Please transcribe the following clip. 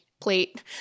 plate